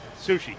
Sushi